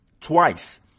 twice